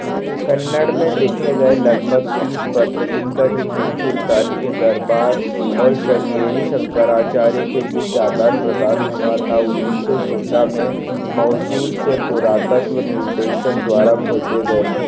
कन्नड़ में लिखे गए लग भग तीस पत्र जिनका टीपू सुल्तान के दरबार और श्रृंगेरी शंकराचार्य के बीच आदान प्रदान हुआ था उन्नीस सौ सोलह में मशहूर से पुरातत्व निर्देशक द्वारा खोजे गए थे